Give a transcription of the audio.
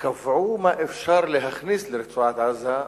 קבעו מה אפשר להכניס לרצועת-עזה,